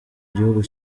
gihugu